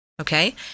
okay